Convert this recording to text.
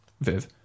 viv